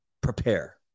prepare